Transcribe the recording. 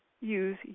use